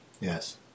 Yes